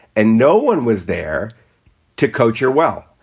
and no one was there to coach her. well.